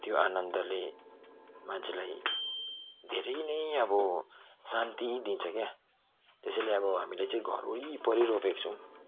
त्यो आनन्दले मान्छेलाई धेरै नै अब शान्ति दिन्छ क्या त्यसैले अब हामीले चाहिँ घर वरिपरी रोपेकोछौँ